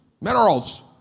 minerals